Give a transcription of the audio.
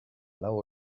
lau